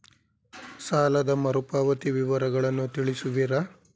ಸಾಲದ ಮರುಪಾವತಿ ವಿವರಗಳನ್ನು ತಿಳಿಸುವಿರಾ?